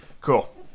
Cool